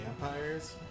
vampires